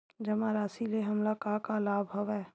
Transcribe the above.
जमा राशि ले हमला का का लाभ हवय?